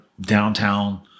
downtown